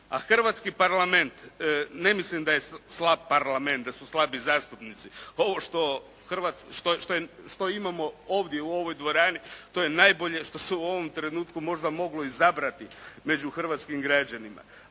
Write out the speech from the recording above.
hrvatski Parlament. Ne mislim da je slab Parlament, da su slabi zastupnici. Ovo što imamo ovdje u ovoj dvorani to je najbolje što se u ovom trenutku možda moglo izabrati među hrvatskim građanima,